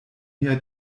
mia